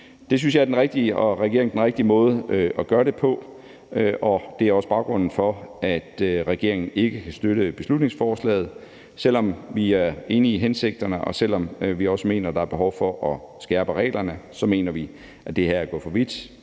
Det synes jeg og regeringen er den rigtige måde at gøre det på, og det er også baggrunden for, at regeringen ikke kan støtte beslutningsforslaget. Selv om vi er enige i hensigterne, og selv om vi også mener, der er behov for at skærpe reglerne, så mener vi også, at det her er at gå for vidt,